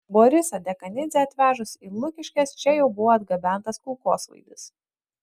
borisą dekanidzę atvežus į lukiškes čia jau buvo atgabentas kulkosvaidis